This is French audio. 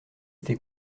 été